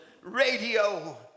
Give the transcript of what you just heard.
radio